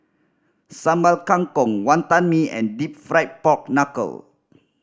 Sambal Kangkong Wantan Mee and Deep Fried Pork Knuckle